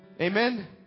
Amen